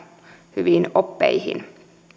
hyviin oppeihin